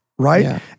Right